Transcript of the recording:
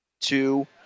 two